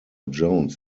jones